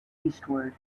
eastward